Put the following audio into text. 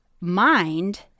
mind